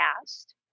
past